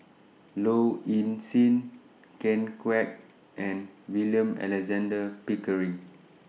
Low Ing Sing Ken Kwek and William Alexander Pickering